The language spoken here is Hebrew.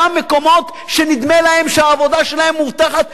כולל אותם מקומות שנדמה להם שהעבודה שלהם מובטחת,